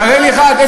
תראה לי אחת.